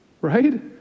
right